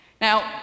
Now